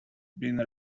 been